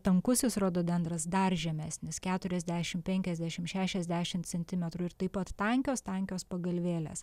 tankusis rododendras dar žemesnis keturiasdešim penkiasdešim šešiasdešim centimetrų ir taip pat tankios tankios pagalvėlės